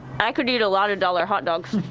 i could eat a lot of dollar hotdogs.